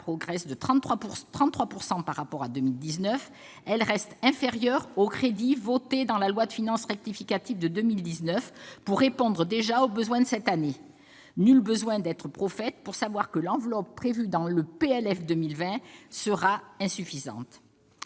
progresse de 33 % par rapport à 2019, elle reste inférieure aux crédits votés dans la loi de finances rectificatives de 2019 pour répondre, d'ores et déjà, aux besoins de cette année. Nul besoin d'être prophète pour savoir que l'enveloppe prévue dans le projet de loi de finances